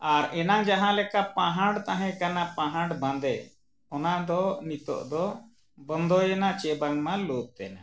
ᱟᱨ ᱮᱱᱟᱱ ᱡᱟᱦᱟᱸ ᱞᱮᱠᱟ ᱯᱟᱦᱟᱬ ᱛᱟᱦᱮᱸ ᱠᱟᱱᱟ ᱯᱟᱦᱟᱬ ᱵᱟᱸᱫᱮ ᱚᱱᱟ ᱫᱚ ᱱᱤᱛᱳᱜ ᱫᱚ ᱵᱚᱱᱫᱚᱭᱮᱱᱟ ᱪᱮᱫ ᱵᱟᱝᱢᱟ ᱞᱩᱛᱮᱱᱟ